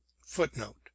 footnote